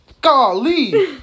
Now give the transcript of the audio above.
Golly